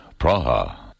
Praha